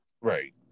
Right